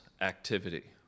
activity